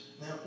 Now